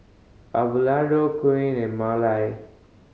Abelardo Koen and Marely